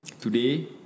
Today